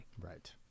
Right